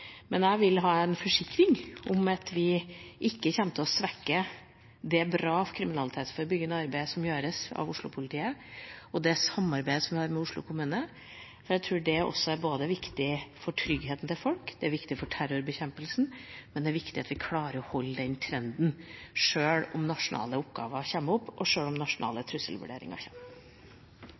Men jeg vil ha en forsikring om at vi ikke kommer til å svekke det gode kriminalitetsforebyggende arbeidet som gjøres av Oslo-politiet, og det samarbeidet vi har med Oslo kommune, for jeg tror det er viktig for tryggheten til folk og for terrorbekjempelsen. Det er viktig at vi klarer å opprettholde den trenden, sjøl om nasjonale oppgaver kommer opp, og sjøl om